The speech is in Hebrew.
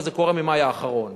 וזה קורה ממאי האחרון.